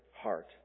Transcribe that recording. heart